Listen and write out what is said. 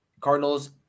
Cardinals